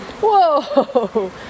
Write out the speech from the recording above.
whoa